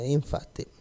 infatti